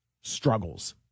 struggles